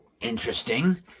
Interesting